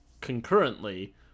concurrently